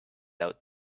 out